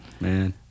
Man